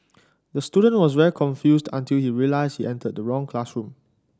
the student was very confused until he realised he entered the wrong classroom